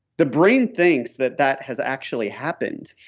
the brain thinks that that has actually happened.